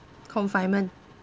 confinement